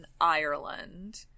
Ireland